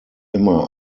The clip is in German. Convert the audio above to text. immer